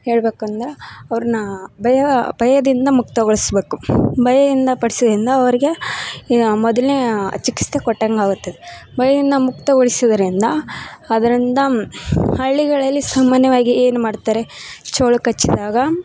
ಹೇಳಬೇಕಂದ್ರ ಅವರನ್ನ ಭಯ ಭಯದಿಂದ ಮುಕ್ತಗೊಳಿಸಬೇಕು ಭಯಯಿಂದ ಪಡ್ಸೋದರಿಂದ ಅವರಿಗೆ ಈಗ ಮೊದಲನೇ ಚಿಕಿತ್ಸೆ ಕೊಟ್ಟಂಗಾಗುತ್ತೆ ಭಯದಿಂದ ಮುಕ್ತಗೊಳಿಸೋದರಿಂದ ಅದರಿಂದ ಹಳ್ಳಿಗಳಲ್ಲಿ ಸಾಮಾನ್ಯವಾಗಿ ಏನ್ಮಾಡ್ತಾರೆ ಚೇಳು ಕಚ್ಚಿದಾಗ